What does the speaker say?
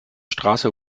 straße